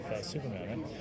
Superman